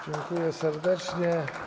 Dziękuję serdecznie.